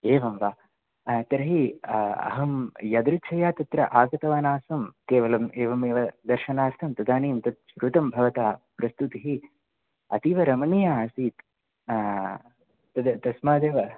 एवं वा तर्हि अहं यदृच्छया तत्र आगतवान् आसं केवलम् एवमेव दर्शनार्थं तदानीं तत् श्रुतं भवता प्रस्तुतिः अतीवरमणीया आसीत् तद् तस्मादेव